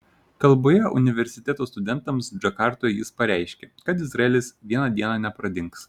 kalboje universiteto studentams džakartoje jis pareiškė kad izraelis vieną dieną nepradings